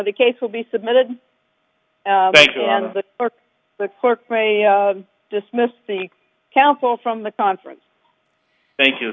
the case will be submitted to the court dismissed the council from the conference thank you